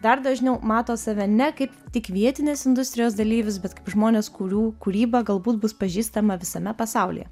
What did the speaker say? dar dažniau mato save ne kaip tik vietinės industrijos dalyvius bet kaip žmones kurių kūryba galbūt bus pažįstama visame pasaulyje